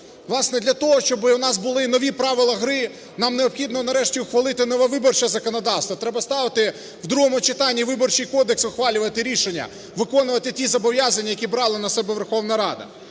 Власне, для того, щоб у нас були нові правила гри, нам необхідно нарешті ухвалити нове виборче законодавство, треба ставити в другому читанні і виборчий кодекс, ухвалювати рішення, виконувати ті зобов'язання, які брала на себе Верховна Рада.